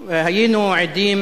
היינו עדים